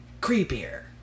creepier